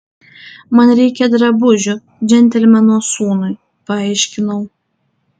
man reikia drabužių džentelmeno sūnui paaiškinau